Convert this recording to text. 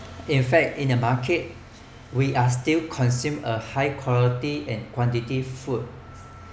in fact in the market we still consumed a high quality and quantity food